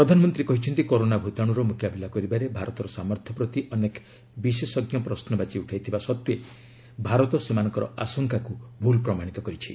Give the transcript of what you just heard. ପ୍ରଧାନମନ୍ତ୍ରୀ କହିଛନ୍ତି କରୋନା ଭୂତାଣୁର ମୁକାବିଲା କରିବାରେ ଭାରତର ସାମର୍ଥ୍ୟ ପ୍ରତି ଅନେକ ବିଶେଷଜ୍ଞ ପ୍ରଶ୍ନବାଚୀ ଉଠାଇଥିବା ସତ୍ତ୍ୱେ ଭାରତ ସେମାନଙ୍କ ଆଶଙ୍କାକୁ ଭୁଲ୍ ପ୍ରମାଣିତ କରିଛି